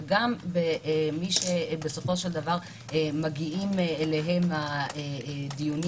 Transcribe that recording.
וגם מי שבסופו של דבר מגיעים אליהם הדיונים